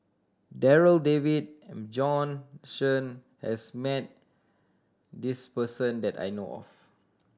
Darryl David Bjorn Shen has met this person that I know of